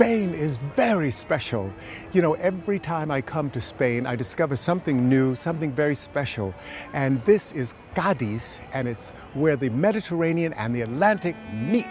spain is very special you know every time i come to spain i discover something new something very special and this is god these and it's where the mediterranean and the a